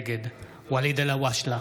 נגד ואליד אלהואשלה,